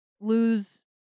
lose